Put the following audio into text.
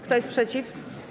Kto jest przeciw?